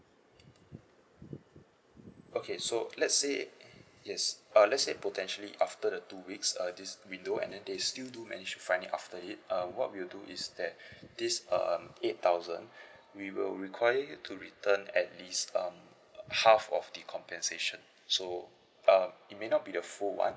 okay so let's say yes err let's say potentially after the two weeks err this we do and then they still do manage to find it after it um what we'll do is that this um eight thousand we will require you to return at least um half of the compensation so um it may not be the full one